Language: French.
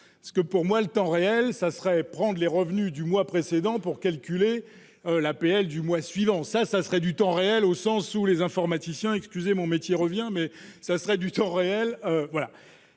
parce que pour moi le temps réel, ça serait prendre les revenus du mois précédent pour calculer l'APL du mois suivant sa ça serait du temps réel, au sens où les informaticiens excusez mon métier revient mais ça serait du temps réel,